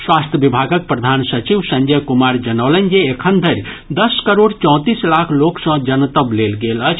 स्वास्थ्य विभागक प्रधान सचिव संजय कुमार जनौलनि जे एखन धरि दस करोड़ चौंतीस लाख लोक सँ जनतब लेल गेल अछि